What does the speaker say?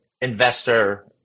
investor